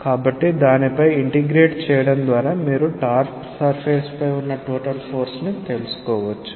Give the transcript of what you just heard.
కాబట్టి దానిపై ఇంటిగ్రేట్ చేయడం ద్వారా మీరు టాప్ సర్ఫేస్ పై ఉన్న టోటల్ ఫోర్స్ ని తెలుసుకోవచ్చు